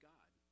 God